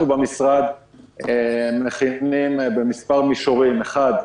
אנחנו במשרד מכינים תוכניות במספר מישורים: 1)